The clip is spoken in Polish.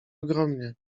ogromnie